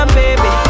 baby